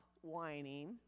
whining